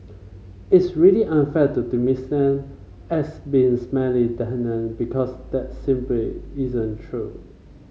it's really unfair to dismiss them as being smelly tenant because that simply isn't true